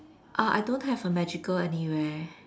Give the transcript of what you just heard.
uh I don't have a magical anywhere